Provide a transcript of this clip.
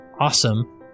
awesome